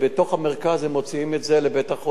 הם מוציאים לבית-החולים הקרוב,